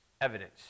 evidence